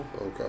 Okay